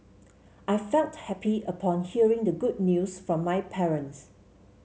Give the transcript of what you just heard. I felt happy upon hearing the good news from my parents